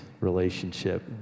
relationship